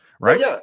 Right